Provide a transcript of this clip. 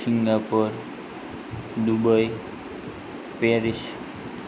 Singapore Dubai Paris